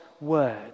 word